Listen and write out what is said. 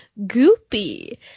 goopy